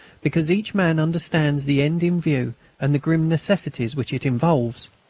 because each man understands the end in view and the grim necessities which it involves.